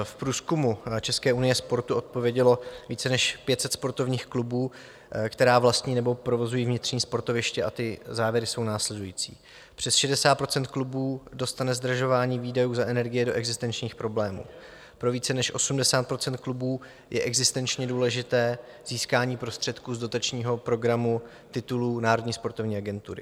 V průzkumu České unie sportu odpovědělo více než 500 sportovních klubů, které vlastní nebo provozují vnitřní sportoviště, a závěry jsou následující: přes 60 % klubů dostane zdražování výdajů za energie do existenčních problémů, pro více než 80 % klubů je existenčně důležité získání prostředků z dotačního programu titulů Národní sportovní agentury.